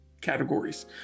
categories